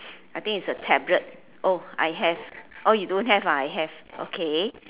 I think is a tablet oh I have oh you don't have I have okay